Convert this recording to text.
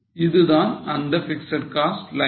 So இதுதான் அந்த fixed cost line